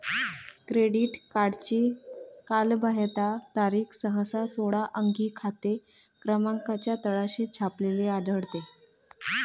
credit कार्डची कालबाह्यता तारीख सहसा सोळा अंकी खाते क्रमांकाच्या तळाशी छापलेली आढळते